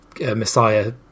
Messiah